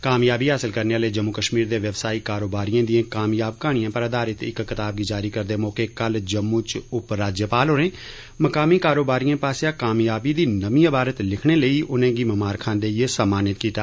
कामयाबी हासल करने आह्ले जम्मू कश्मीर दे व्यवसायी कारोबारिए दिएं कामयाब कहानिएं पर आधारित इक्क कताब गी जारी करदे मौके कल जम्मू च उप राज्यपाल होरें मकामी कारोबारिएं पास्सेआ कामयाबी दी नमीं इबारत लिखने लेई उनेंगी ममारखां देइयै सम्मानित कीता